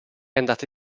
andata